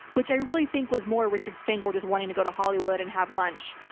which i really think was more richard stengel just wanting to go to hollywood and have lunch.